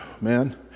Man